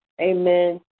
Amen